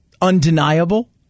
undeniable